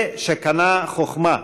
זה ש"קנה חוכמה",